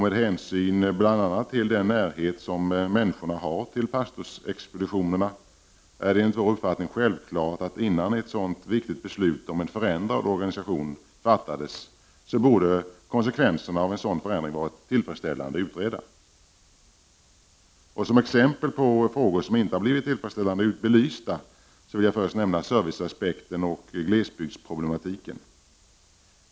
Med hänsyn bl.a. till den närhet som människorna har till pastorsexpeditionerna är det enligt vår uppfattning självklart, att innan ett så viktigt beslut om en förändrad organisation fattades borde konsekvenserna av en sådan förändring ha varit tillfredsställande utredda. Som exempel på frågor som inte har blivit tillfredsställande belysta vill jag först nämna serviceaspekten och glesbygdsproblematiken.